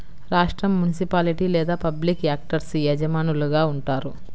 రాష్ట్రం, మునిసిపాలిటీ లేదా public actors యజమానులుగా ఉంటారు